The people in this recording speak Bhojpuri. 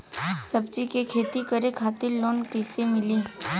सब्जी के खेती करे खातिर लोन कइसे मिली?